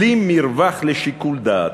בלי מרווח לשיקול דעת,